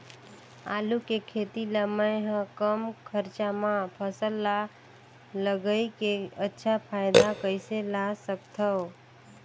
आलू के खेती ला मै ह कम खरचा मा फसल ला लगई के अच्छा फायदा कइसे ला सकथव?